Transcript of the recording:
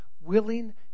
willing